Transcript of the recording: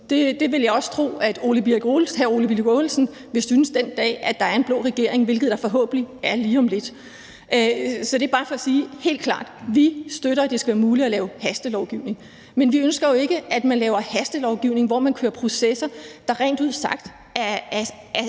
det vil jeg også tro at hr. Ole Birk Olesen vil synes, den dag der er en blå regering, hvilket der forhåbentlig er lige om lidt. Så det er bare for helt klart at sige: Vi støtter, at det skal være muligt at lave hastelovgivning. Men vi ønsker jo ikke, at man laver hastelovgivning, hvor man kører processer, der rent ud sagt er